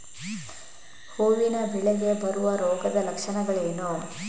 ಹೂವಿನ ಬೆಳೆಗೆ ಬರುವ ರೋಗದ ಲಕ್ಷಣಗಳೇನು?